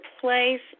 place